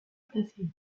classé